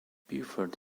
beaufort